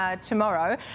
tomorrow